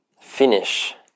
finish